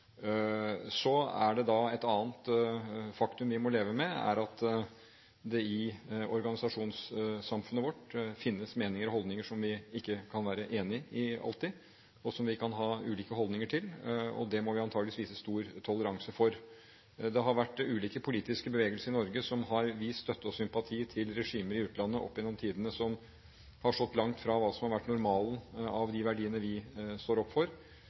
Et annet faktum vi må leve med, er at det i organisasjonssamfunnet vårt finnes meninger og holdninger som vi ikke alltid kan være helt enig i, og som vi kan ha ulike holdninger til. Det må vi antakeligvis vise stor toleranse for. Det har opp gjennom tidene vært ulike politiske bevegelser i Norge som har vist støtte og sympati til regimer i utlandet som har stått langt fra det som har vært normalen av de verdiene vi står opp for,